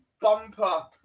bumper